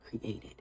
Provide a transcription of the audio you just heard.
created